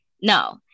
no